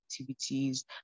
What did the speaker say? activities